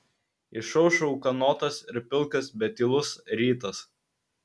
išaušo ūkanotas ir pilkas bet tylus rytas